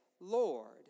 Lord